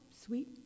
Sweet